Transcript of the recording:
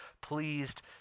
pleased